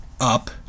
up